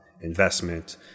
investment